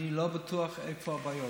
אני לא בטוח איפה הבעיות,